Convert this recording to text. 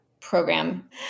program